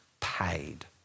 paid